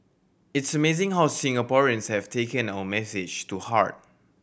it's amazing how Singaporeans have taken our message to heart